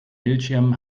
bildschirm